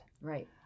right